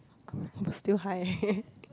still high